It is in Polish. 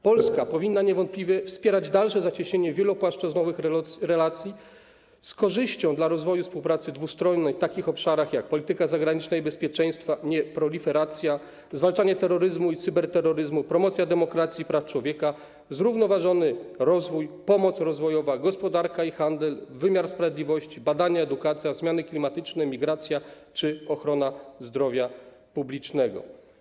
Polska powinna niewątpliwie wspierać dalsze zacieśnianie wielopłaszczyznowych relacji z korzyścią dla rozwoju współpracy dwustronnej w takich obszarach jak polityka zagraniczna i bezpieczeństwa, nieproliferacja, zwalczanie terroryzmu i cyberterroryzmu, promocja demokracji i praw człowieka, zrównoważony rozwój, pomoc rozwojowa, gospodarka i handel, wymiar sprawiedliwości, badania, edukacja, zmiany klimatyczne, migracja czy ochrona zdrowia publicznego.